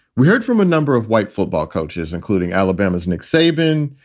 we heard from a number of white football coaches, including alabama's nick saban.